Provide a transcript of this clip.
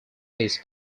his